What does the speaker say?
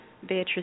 Beatrice